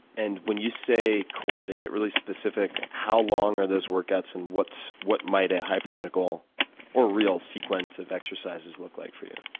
and when you say core, to get really specific, how long are those workouts and what might a hypothetical or real sequence of exercises look like for you?